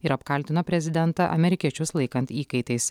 ir apkaltino prezidentą amerikiečius laikant įkaitais